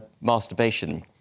masturbation